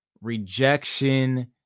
rejection